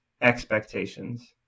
expectations